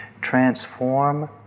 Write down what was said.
transform